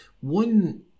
one